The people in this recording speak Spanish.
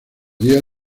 día